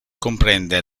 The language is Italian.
comprende